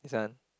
this one